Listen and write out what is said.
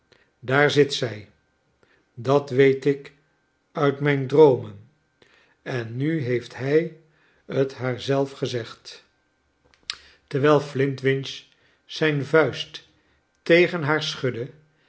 daar zit zij dat weet ik uit mijn droomen en nu heeft hij t haar zelf gezegd i terwijl elintwinch zijn vuist tegen haar schudde